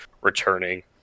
returning